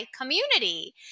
community